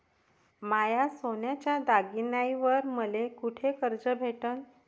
माया सोन्याच्या दागिन्यांइवर मले कुठे कर्ज भेटन?